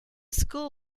school